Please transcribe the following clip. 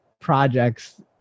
projects